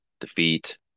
defeat